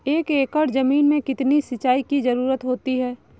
एक एकड़ ज़मीन में कितनी सिंचाई की ज़रुरत होती है?